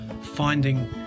finding